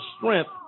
strength